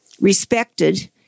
respected